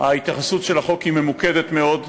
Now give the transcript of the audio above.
ההתייחסות של החוק ממוקדת מאוד,